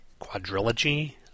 quadrilogy